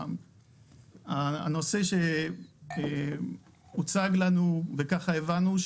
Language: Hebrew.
שהנושא שהוצג לנו וככה הבנו,